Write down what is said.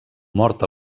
mort